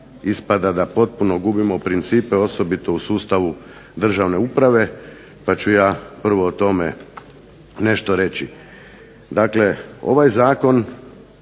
ispada da potpuno gubimo principe osobito u sustavu državne uprave. Pa ću ja prvo o tome nešto reći. Dakle, ovaj zakon